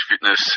fitness